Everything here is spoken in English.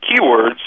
keywords